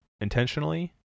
intentionally